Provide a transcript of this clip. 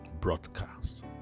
broadcast